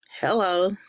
Hello